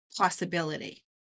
possibility